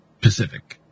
Pacific